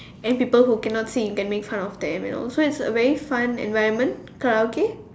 and people who cannot sing can make fun of them you know so it's a very fun environment Karaoke